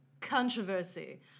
Controversy